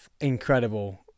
incredible